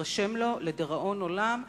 תירשם לו לדיראון עולם.